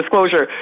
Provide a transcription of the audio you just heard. disclosure